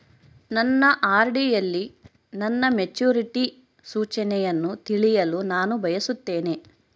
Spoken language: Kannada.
ನನ್ನ ಆರ್.ಡಿ ಯಲ್ಲಿ ನನ್ನ ಮೆಚುರಿಟಿ ಸೂಚನೆಯನ್ನು ತಿಳಿಯಲು ನಾನು ಬಯಸುತ್ತೇನೆ